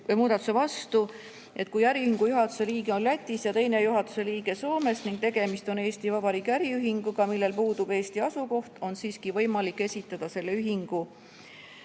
muudatuse vastu. Kui äriühingu juhatuse liige on Lätis ja teine juhatuse liige Soomes ning tegemist on Eesti Vabariigi äriühinguga, millel puudub Eesti asukoht, on siiski võimalik esitada selle ühingu